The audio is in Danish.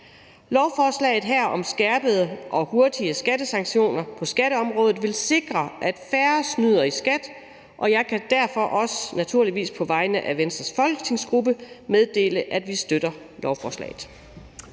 Lovforslaget her om skærpede og hurtigere skattesanktioner på skatteområdet vil sikre, at færre snyder i skat, og jeg kan derfor naturligvis også på vegne af Venstres folketingsgruppe meddele, at vi støtter lovforslaget.